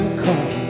call